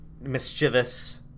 mischievous